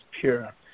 pure